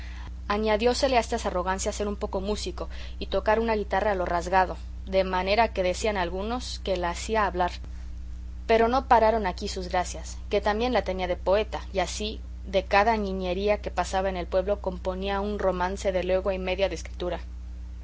nada añadiósele a estas arrogancias ser un poco músico y tocar una guitarra a lo rasgado de manera que decían algunos que la hacía hablar pero no pararon aquí sus gracias que también la tenía de poeta y así de cada niñería que pasaba en el pueblo componía un romance de legua y media de escritura